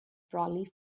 brolly